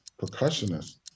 percussionist